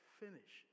finish